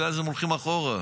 ואז הם הולכים אחורה.